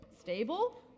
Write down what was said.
stable